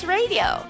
Radio，